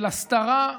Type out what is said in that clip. של הסתרה,